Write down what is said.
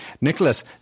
Nicholas